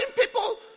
people